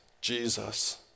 Jesus